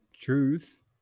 truth